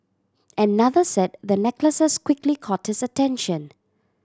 another said the necklaces quickly caught his attention